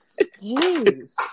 Jeez